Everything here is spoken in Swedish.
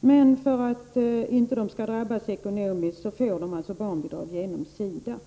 Men för att dessa inte skall drabbas ekonomiskt får de alltså barnbidrag genom SIDA.